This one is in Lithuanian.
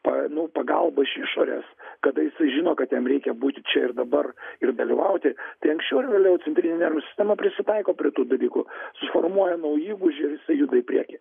pa nu pagalbą iš išorės kada jisai žino kad jam reikia būti čia ir dabar ir dalyvauti tai anksčiau ar vėliau centrinė nervų sistema prisitaiko prie tų dalykų suformuoja nauji įgūdžiai ir jisai juda į priekį